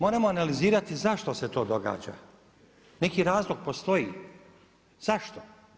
Moramo analizirati zašto se to događa, neki razlog postoji. zašto?